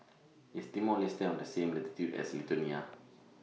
IS Timor Leste on The same latitude as Lithuania